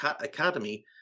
academy